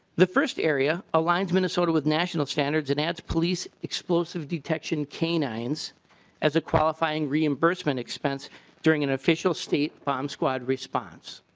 the first area ah lines minnesota with national standards and that's policeexplosive detection canines as a qualifying reimbursement expense during an official state bomb squad response.